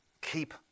keep